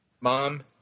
Mom